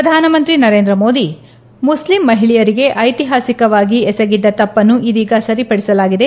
ಪ್ರಧಾನ ಮಂತ್ರಿ ನರೇಂದ್ರ ಮೋದಿ ಮುಖ್ಲಿಂ ಮಹಿಳೆಯರಿಗೆ ಐತಿಹಾಸಿಕವಾಗಿ ಎಸಗಿದ್ದ ತಪ್ಪನ್ನು ಇದೀಗ ಸರಿಪಡಿಸಲಾಗಿದೆ